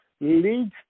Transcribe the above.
leads